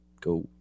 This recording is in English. go